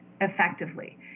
effectively